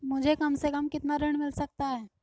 मुझे कम से कम कितना ऋण मिल सकता है?